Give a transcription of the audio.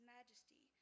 Majesty